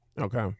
Okay